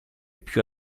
più